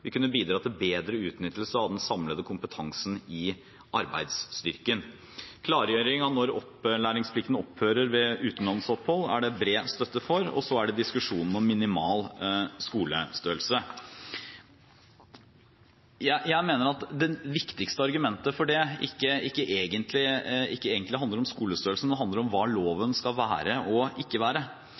vil kunne bidra til bedre utnyttelse av den samlede kompetansen i arbeidsstyrken. Klargjøring av når opplæringsplikten opphører ved utenlandsopphold, er det bred støtte for. Og så er det diskusjon om minimal skolestørrelse. Jeg mener at det viktigste argumentet for det ikke egentlig handler om skolestørrelse, men det handler om hva loven skal være og ikke være.